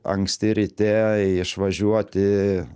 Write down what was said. anksti ryte išvažiuoti